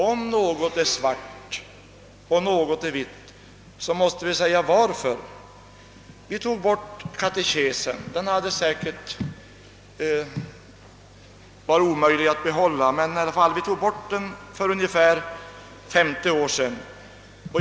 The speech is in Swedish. Om något är svart, om något är vitt, måste vi säga varför. Vi tog bort katekesen för ungefär femtio år sedan — den hade säkert varit omöjlig att behålla.